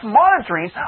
monitoring